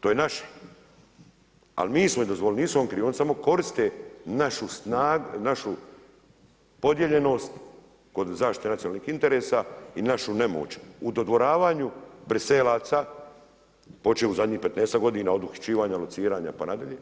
To je naše, al mi smo im dozvolili, nisu oni krivi, oni samo koriste našu snagu, našu podijeljenost, kod zaštite nacionalnih interesa i našu nemoć u dodvoravanju Briselaca, poći od zadnjih 15 godina od uhićivanja, lociranja, pa nadalje